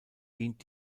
dient